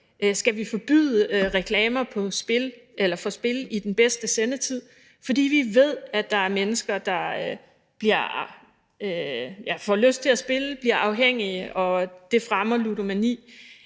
skal forbyde reklamer for spil i den bedste sendetid – fordi vi ved, at der er mennesker, der får lyst til at spille, og som bliver afhængige, og at det fremmer ludomani